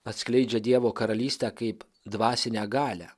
atskleidžia dievo karalystę kaip dvasinę galią